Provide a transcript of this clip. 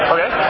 Okay